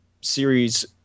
series